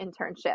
internship